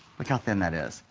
look how then that is.